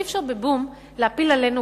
אי אפשר ב"בום" להפיל עלינו,